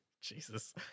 Jesus